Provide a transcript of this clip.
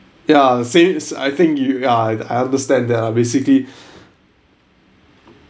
ya since I think you ya I understand that ah basically